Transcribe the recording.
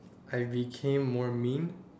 I became more mean